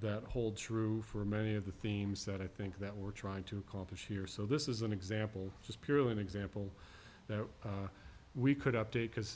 that holds true for many of the themes that i think that we're trying to accomplish here so this is an example just purely an example that we could update because